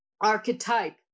archetype